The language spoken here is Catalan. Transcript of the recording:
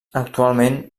actualment